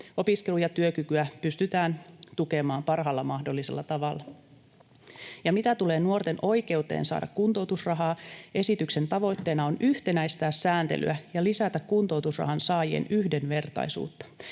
opiskelu- ja työkykyä pystytään tukemaan parhaalla mahdollisella tavalla. Ja mitä tulee nuorten oikeuteen saada kuntoutusrahaa, esityksen tavoitteena on yhtenäistää sääntelyä ja lisätä kuntoutusrahan saajien yhdenvertaisuutta.